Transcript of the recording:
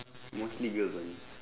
mostly girls only